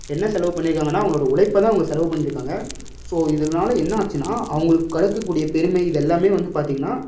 என்ன செலவு பண்ணியிருக்காங்கன்னா அவங்களோட உழைப்பைதான் அவங்க செலவு பண்ணியிருக்காங்க ஸோ இதனால் என்னாச்சுனா அவங்களுக்கு கிடைக்கக்கூடிய பெருமை இதெல்லாமே வந்து பார்த்தீங்கன்னா